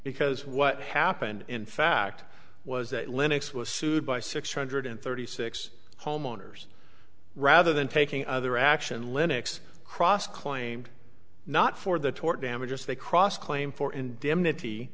because what happened in fact was that linux was sued by six hundred thirty six homeowners rather than taking other action linux cross claimed not for the tort damages they cross claim for